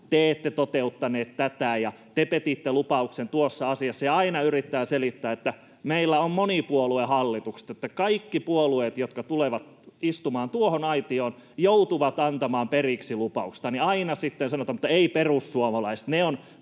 te ette toteuttaneet tätä ja te petitte lupauksen tuossa asiassa. Ja aina kun yrittää selittää, että meillä on monipuoluehallitukset, niin että kaikki puolueet, jotka tulevat istumaan tuohon aitioon, joutuvat antamaan periksi lupauksistaan, niin aina sitten sanotaan: mutta ei perussuomalaiset,